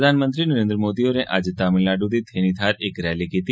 प्रधानमंत्री नरेन्द्र मोदी होरें अज्ज तमिलनाडु दी थेनी थाहर इक रैली कीती